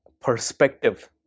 perspective